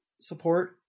support